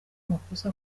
amakosa